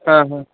हां हां